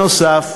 נוסף